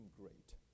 great